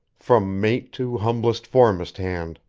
from mate to humblest foremast hand.